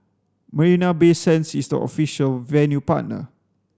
Marina Bay Sands is the official venue partner